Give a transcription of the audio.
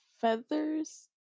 feathers